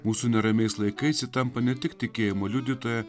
mūsų neramiais laikais ji tampa ne tik tikėjimo liudytoja